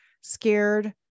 scared